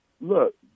Look